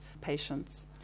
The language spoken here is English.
patients